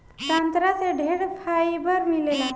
संतरा से ढेरे फाइबर मिलेला